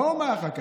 מה הוא אמר אחר כך?